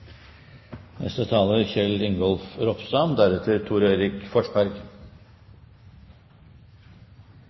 neste taler – Thor Erik Forsberg.